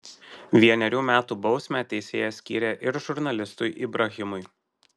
vienerių metų bausmę teisėjas skyrė ir žurnalistui ibrahimui